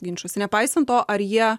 ginčuose nepaisant to ar jie